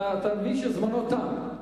זמנו תם.